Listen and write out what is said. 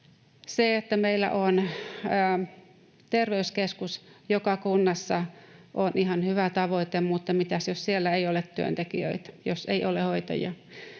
Se, että meillä on terveyskeskus joka kunnassa, on ihan hyvä tavoite, mutta mitäs jos siellä ei ole työntekijöitä, jos ei ole hoitajia?